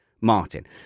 Martin